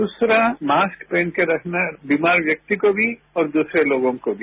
दूसरा मास्क पहलकर रखना बीमार व्यक्ति को भी और दूसरे लोगों को भी